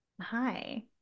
hi